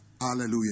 Hallelujah